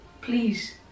please